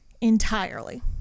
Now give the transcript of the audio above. entirely